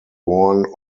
worn